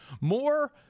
more